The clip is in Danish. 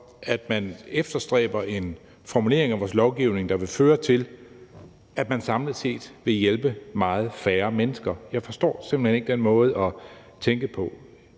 at man efterstræber en formulering i vores lovgivning, der vil føre til, at man samlet set vil hjælpe meget færre mennesker. Jeg forstår simpelt hen ikke den måde at tænke på.